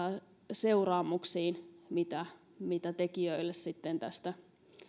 seuraamuksiin mitä mitä tekijöille sitten tästä